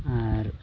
ᱟᱨ